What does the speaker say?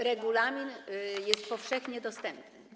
Regulamin jest powszechnie dostępny.